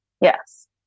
Yes